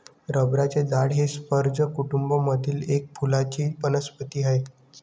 रबराचे झाड हे स्पर्ज कुटूंब मधील एक फुलांची वनस्पती आहे